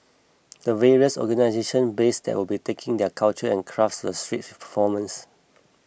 the various organisation based there will be taking their culture and crafts to the streets with performance